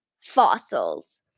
fossils